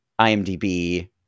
IMDb